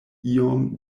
iom